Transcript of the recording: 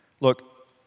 Look